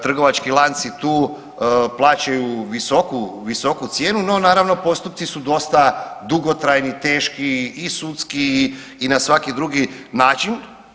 Trgovački lanci tu plaćaju visoku cijenu, no naravno postupci su dosta dugotrajni, teški i sudski i na svaki drugi način.